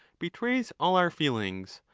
betrays all our feelings,